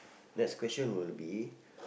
next question will be